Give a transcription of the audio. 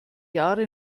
jahre